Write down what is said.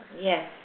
Yes